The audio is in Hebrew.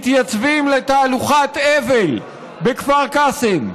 מתייצבים לתהלוכת אבל בכפר קאסם,